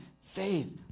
faith